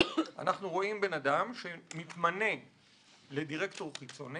אנחנו רואים בן אדם שמתמנה לדירקטור חיצוני